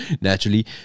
naturally